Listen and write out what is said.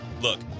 Look